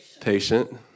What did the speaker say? patient